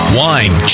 wine